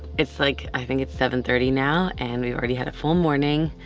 it's like, i think it's seven thirty now and we already had a full morning,